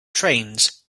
trains